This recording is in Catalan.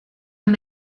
amb